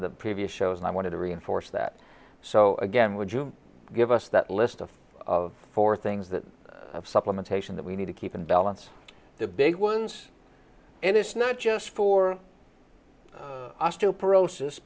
of the previous shows and i wanted to reinforce that so again would you give us that list of of four things that supplementation that we need to keep in balance the big ones and it's not just for us to pro sis